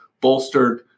bolstered